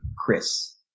Chris